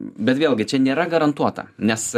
bet vėlgi čia nėra garantuota nes